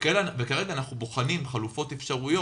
וכרגע אנחנו בוחנים חלופות אפשריות